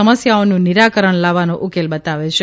સમસ્યાઓનું નિરાકરણ લાવવાનો ઉકેલ બતાવે છે